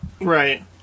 Right